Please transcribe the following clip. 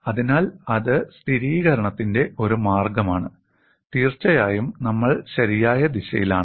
അതിനാൽ അത് സ്ഥിരീകരണത്തിന്റെ ഒരു മാർഗമാണ് തീർച്ചയായും നമ്മൾ ശരിയായ ദിശയിലാണ്